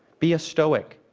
be a stoic.